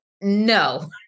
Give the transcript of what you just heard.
no